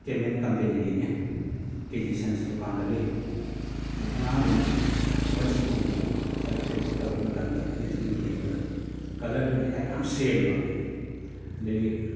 camel ꯀꯝꯄꯦꯅꯤꯒꯤꯅꯤ ꯀꯦꯖꯤꯁꯟꯁ ꯗꯨꯀꯥꯟꯗꯒꯤ ꯑꯗꯨ ꯑꯉꯥꯡꯗꯨꯅ ꯃꯣꯏ ꯁ꯭ꯀꯨꯜꯒꯤ ꯀꯂꯔ ꯄꯦꯟꯁꯤꯜ ꯇꯧꯕ ꯃꯇꯝꯗ ꯑꯩꯅ ꯁꯨꯝ ꯌꯦꯡꯕꯗ ꯀꯂꯔꯗꯨ ꯂꯌꯥꯔ ꯌꯥꯝ ꯁꯦꯡꯕ ꯑꯗꯒꯤ